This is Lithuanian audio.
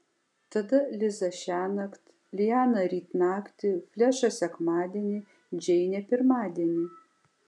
tada liza šiąnakt liana ryt naktį flešas sekmadienį džeinė pirmadienį